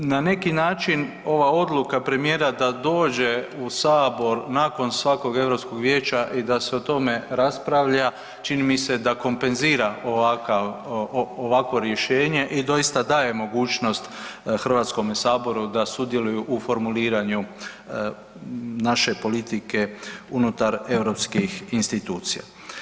Na neki način ova odluka premijera da dođe u Sabor nakon svakog Europskog vijeća i da se o tome raspravlja čini mi se da kompenzira ovakvo rješenje i doista daje mogućnost Hrvatskome saboru da sudjeluju u formuliranju naše politike unutar europskih institucija.